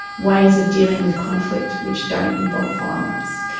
ways of dealing with conflict which don't involve violence.